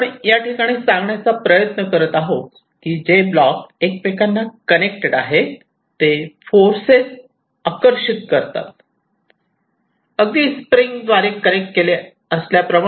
आपण या ठिकाणी सांगण्याचा प्रयत्न करत आहोत की जे ब्लॉक एकमेकांना कनेक्टेड आहे ते फॉर्सेस आकर्षित करतात अगदी ब्लॉक स्प्रिंग द्वारे कनेक्ट केले आहे असल्या प्रमाणे